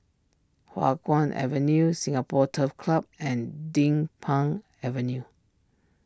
Hua Guan Avenue Singapore Turf Club and Din Pang Avenue